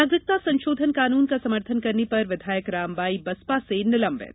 नागरिकता संशोधन कानून का समर्थन करने पर विधायक रामबाई बसपा से निलंबित